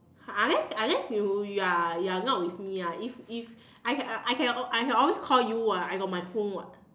unless unless you you are you are not with me ah if if I can I can I can always call you [what] I got my phone [what]